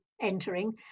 entering